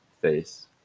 face